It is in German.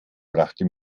brachte